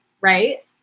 Right